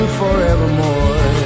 forevermore